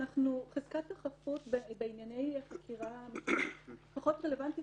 חזקת החפות בענייני חקירה פחות רלוונטית